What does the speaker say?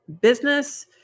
business